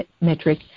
metric